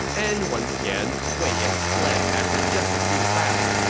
and once again, wei yan fled after just a few bouts,